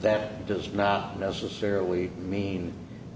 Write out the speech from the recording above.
that does not necessarily mean